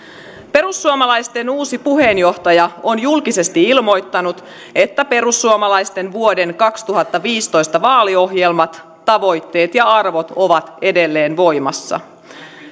perussuomalaisten uusi puheenjohtaja on julkisesti ilmoittanut että perussuomalaisten vuoden kaksituhattaviisitoista vaaliohjelmat tavoitteet ja arvot ovat edelleen voimassa